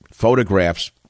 photographs